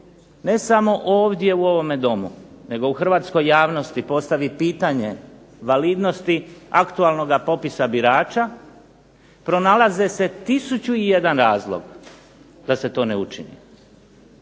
ne samo ovdje u ovome Domu, nego u hrvatskoj javnosti postavi pitanje validnosti aktualnoga popisa birača pronalaze se 1001 razlog da se to ne učini.